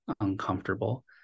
uncomfortable